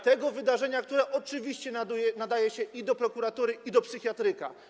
tego wydarzenia, które oczywiście nadaje się i do prokuratury, i do psychiatryka.